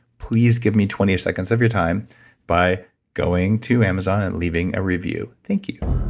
please give me twenty seconds of your time by going to amazon and leaving a review. thank you